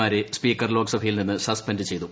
മാരെ സ്പീക്കർ ലോക്സഭയിൽ നിന്ന് സസ്പെൻഡ് ചെയ്തു